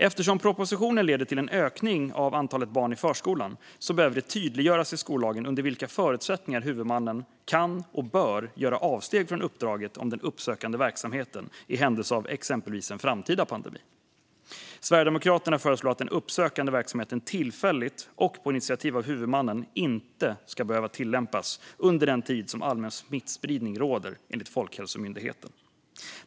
Eftersom propositionen leder till en ökning av antalet barn i förskolan behöver det tydliggöras i skollagen under vilka förutsättningar huvudmannen kan och bör göra avsteg från uppdraget om den uppsökande verksamheten i händelse av exempelvis en framtida pandemi. Sverigedemokraterna föreslår att den uppsökande verksamheten tillfälligt och på initiativ av huvudmannen inte ska behöva tillämpas under den tid som allmän smittspridning råder enligt Folkhälsomyndigheten.